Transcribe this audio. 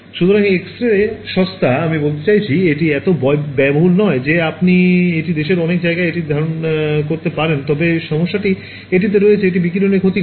সুতরাং X ray সস্তা আমি বলতে চাইছি এটি এত ব্যয়বহুল নয় যে আপনি এটি দেশের অনেক জায়গায় এটি ধারণ করতে পারেন তবে সমস্যাটি এটিতে রয়েছে এটি বিকিরণের ক্ষতি করে